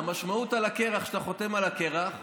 המשמעות "על הקרח" שאתה חותם על הקרח,